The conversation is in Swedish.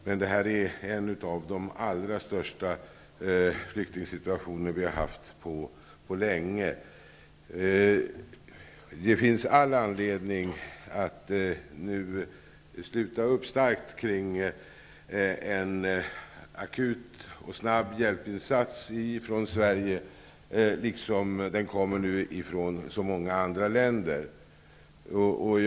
Men detta är en av de allra största flyktingströmmar som vi har haft på länge. Det finns all anledning att nu starkt sluta upp kring en akut och snabb hjälpinsats från Sverige. Från många andra länder kommer ju hjälp.